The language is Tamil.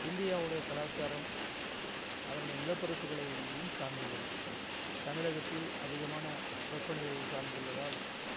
இந்தியாவுடைய கலாச்சாரம் அதனுடைய நிலப்பரப்புகளையும் சார்ந்துள்ளது தமிழகத்தில் அதிகமான வெப்பநிலையை சார்ந்துள்ளதால்